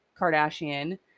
Kardashian